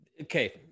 Okay